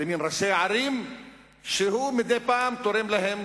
למין ראשי ערים שהוא מדי פעם תורם להם